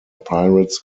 pirates